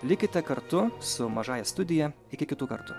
likite kartu su mažąja studija iki kitų kartų